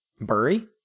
Bury